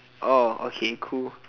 oh okay cool